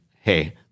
hey